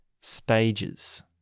stages